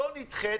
לא נדחית,